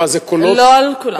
מה, זה קולות במדבר?